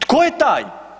Tko je taj?